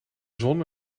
zon